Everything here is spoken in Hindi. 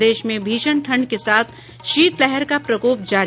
प्रदेश में भीषण ठंड के साथ शीतलहर का प्रकोप जारी